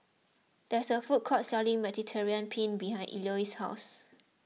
there is a food court selling Mediterranean Penne behind Eloise's house